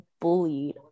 bullied